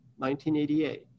1988